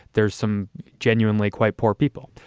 there's some genuinely quite poor people.